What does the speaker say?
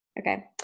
Okay